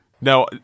Now